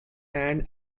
and